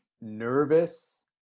nervous